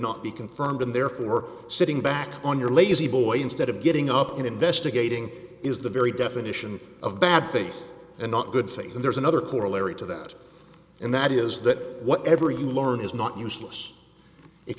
not be confirmed and therefore sitting back on your lazy boy instead of getting up and investigating is the very definition of bad faith and not good faith and there's another corollary to that and that is that whatever you learn is not useless if